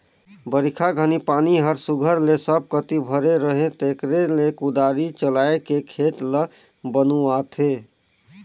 बरिखा घनी पानी हर सुग्घर ले सब कती भरे रहें तेकरे ले कुदारी चलाएके खेत ल बनुवाथे